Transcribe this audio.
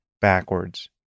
backwards